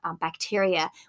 bacteria